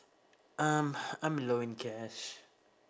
um I'm low in cash